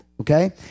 Okay